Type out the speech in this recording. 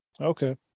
Okay